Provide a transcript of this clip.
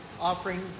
offering